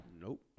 Nope